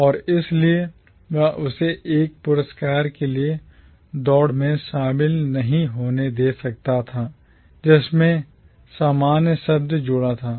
और इसलिए वह इसे एक पुरस्कार के लिए दौड़ में शामिल नहीं होने दे सकता था जिसमें सामान्य शब्द जुड़ा था